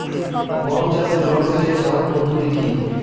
গম চাষে জল সেচের সহজ পদ্ধতি কি?